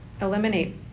eliminate